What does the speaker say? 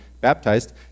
baptized